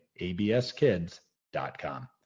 abskids.com